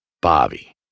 Bobby